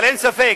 אבל אין ספק